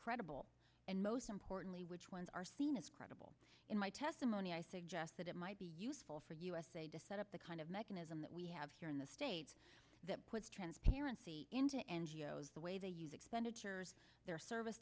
credible and most importantly which ones are seen as credible in my testimony i suggested it might be useful for us they decide up the kind of mechanism that we have here in the states that puts transparency into n g o s the way they use expenditure their service